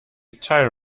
tyre